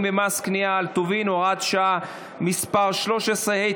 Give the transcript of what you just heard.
ומס קנייה על טובין (הוראת שעה מס' 13),